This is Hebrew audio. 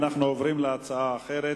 אנחנו עוברים להצעה אחרת,